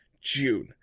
June